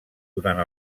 durant